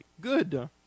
good